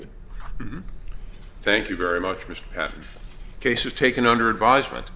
you thank you very much mr case was taken under advisement